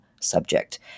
subject